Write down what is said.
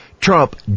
Trump